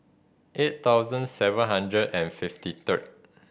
eight thousand seven hundred and fifty third